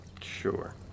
Sure